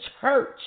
church